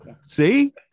See